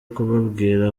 kubabwira